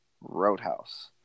Roadhouse